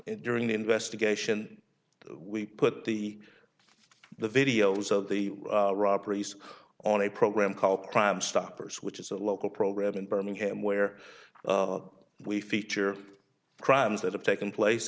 and during the investigation we put the the videos of the robberies on a program called crime stoppers which is a local program in birmingham where we feature crimes that have taken place